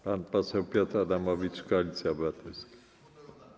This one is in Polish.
Pan poseł Piotr Adamowicz, Koalicja Obywatelska.